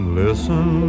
listen